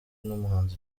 n’umuhanzi